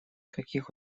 каких